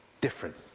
different